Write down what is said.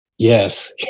Yes